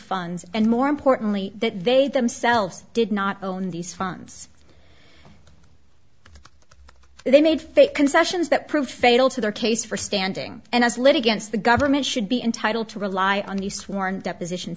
funds and more importantly that they themselves did not own these funds they made fake concessions that proved fatal to their case for standing and as litigants the government should be entitled to rely on the sworn deposition